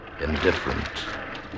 indifferent